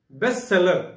best-seller